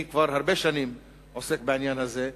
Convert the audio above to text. כבר הרבה שנים אני עוסק בעניין הזה,